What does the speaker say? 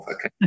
Okay